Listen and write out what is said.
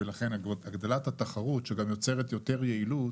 ולכן הגדלת התחרות, שגם יוצרת יותר יעילות,